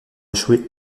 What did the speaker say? échoué